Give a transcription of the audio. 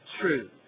true